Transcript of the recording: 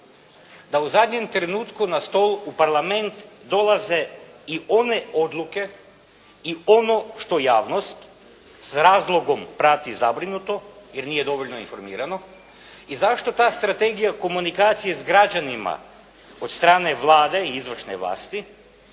da u zadnjem trenutku na stol u Parlament dolaze i one odluke i ono što javnost s razlogom prati zabrinuto, jer nije dovoljno informirano, i zašto ta strategija komunikacije s građanima od strane Vlade i izvršne vlasti